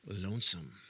lonesome